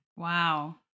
Wow